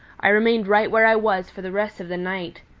i remained right where i was for the rest of the night.